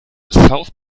south